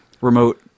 remote